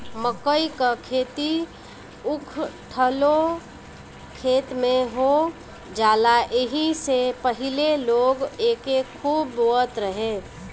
मकई कअ खेती उखठलो खेत में हो जाला एही से पहिले लोग एके खूब बोअत रहे